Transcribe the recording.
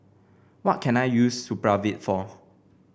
what can I use Supravit for